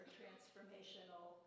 transformational